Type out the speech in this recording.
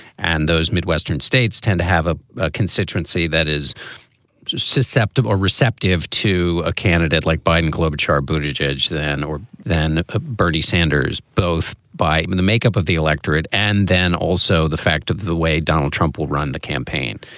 and those midwestern states tend to have ah a constituency that is just receptive or receptive to a candidate like biden club, h r. boobage edge, then or then ah bernie sanders, both by and the makeup of the electorate and then also the fact of the way donald trump would run the campaign,